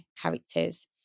characters